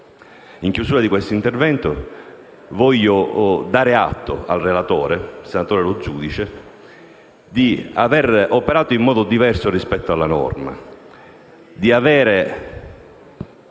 In chiusura di questo intervento, voglio dare atto al relatore, senatore Lo Giudice, di aver operato in modo diverso rispetto alla norma e di avere